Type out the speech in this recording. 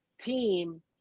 team